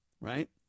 right